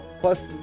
Plus